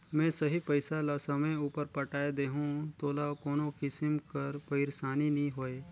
में सही पइसा ल समे उपर पटाए देहूं तोला कोनो किसिम कर पइरसानी नी होए